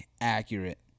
accurate